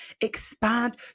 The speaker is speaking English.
Expand